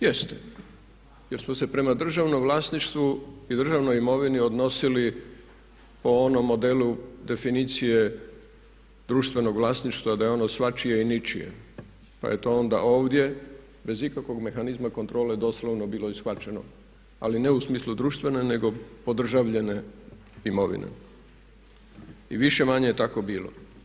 Jeste jer smo se prema državnom vlasništvu i državnoj imovini odnosili po onom modelu definicije društvenog vlasništva da je ono svačije i ničije pa je to onda ovdje bez ikakvog mehanizma kontrole doslovno bilo i shvaćeno ali ne u smislu društvene nego podržavljene imovine i više-manje je tako bilo.